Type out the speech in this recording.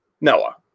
Noah